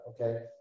okay